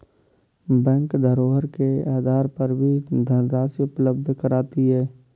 bank धरोहर के आधार पर भी धनराशि उपलब्ध कराती है